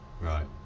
Right